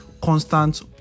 constant